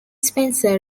spencer